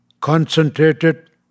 concentrated